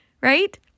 right